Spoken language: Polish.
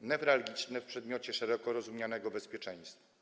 newralgiczne w przedmiocie szeroko rozumianego bezpieczeństwa.